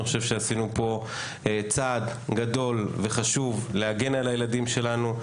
אני חושב שעשינו פה צעד גדול וחשוב להגן על הילדים שלנו.